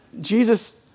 Jesus